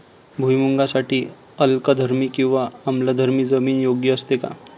भुईमूगासाठी अल्कधर्मी किंवा आम्लधर्मी जमीन योग्य असते का?